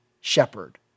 shepherd